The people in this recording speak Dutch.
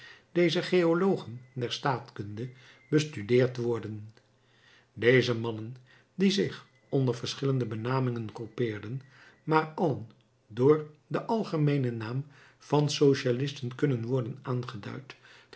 deze geologen der staatkunde bestudeerd worden deze mannen die zich onder verschillende benamingen groepeerden maar allen door den algemeenen naam van socialisten kunnen worden aangeduid